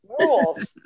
Rules